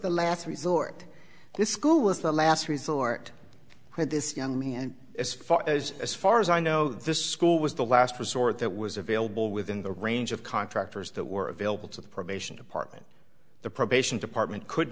the last resort this school was the last resort for this young man and as far as as far as i know this school was the last resort that was available within the range of contractors that were available to the probation department the probation department could